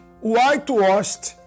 whitewashed